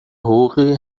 حقوقی